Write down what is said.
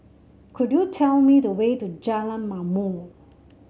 could you tell me the way to Jalan Ma'mor